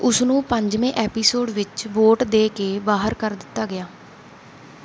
ਉਸ ਨੂੰ ਪੰਜਵੇਂ ਐਪੀਸੋਡ ਵਿੱਚ ਵੋਟ ਦੇ ਕੇ ਬਾਹਰ ਕਰ ਦਿੱਤਾ ਗਿਆ